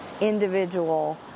individual